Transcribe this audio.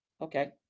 Okay